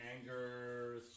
anger